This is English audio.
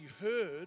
heard